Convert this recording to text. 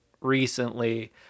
recently